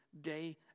day